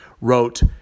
wrote